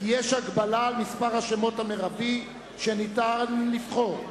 שיש הגבלה על מספר השמות המרבי שאפשר לבחור,